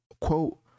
quote